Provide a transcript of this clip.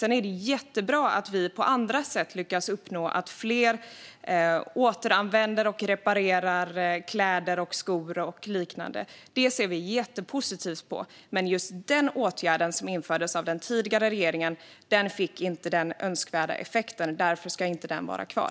Sedan är det jättebra att vi på andra sätt lyckas uppnå att fler återanvänder och reparerar kläder och skor och liknande. Det ser vi jättepositivt på. Men just den åtgärden, som infördes av den förra regeringen, fick inte den önskvärda effekten. Därför ska inte den vara kvar.